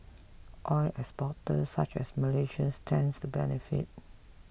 oil exporters such as Malaysia stand to benefit